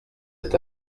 êtes